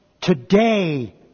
Today